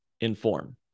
inform